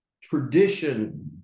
tradition